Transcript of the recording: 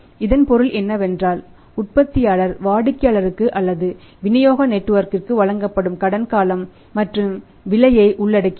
இதன் பொருள் என்னவென்றால் உற்பத்தியாளர் வாடிக்கையாளருக்கு அல்லது விநியோக நெட்வொர்க்க்கு வழங்கப்படும் கடன் காலம் மற்றும் விலையை உள்ளடக்கியது